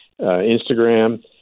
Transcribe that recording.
Instagram